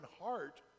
heart